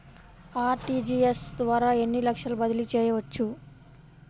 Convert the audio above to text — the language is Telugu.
అర్.టీ.జీ.ఎస్ ద్వారా ఎన్ని లక్షలు బదిలీ చేయవచ్చు?